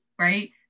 Right